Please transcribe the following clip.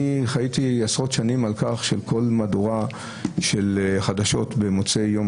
אני חייתי עשרות שנים כשבכל מהדורת חדשות במוצאי יום